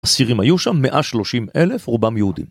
אסירים היו שם, 130 אלף, רובם יהודים.